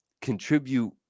contribute